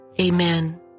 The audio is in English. Amen